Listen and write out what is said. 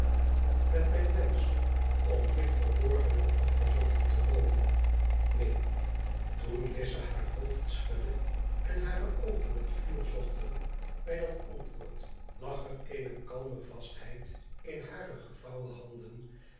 met mijn wensch om hier verborgen en afgezonderd te wonen neen toen lize haar hoofd schudde en hare oogen het vuur zochten bij dat antwoord lag er eene kalme vastheid in hare gevouwen handen